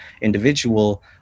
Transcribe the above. individual